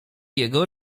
jego